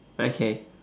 okay